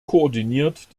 koordiniert